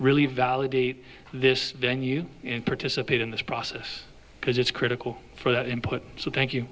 really validate this venue participate in this process because it's critical for the input so thank you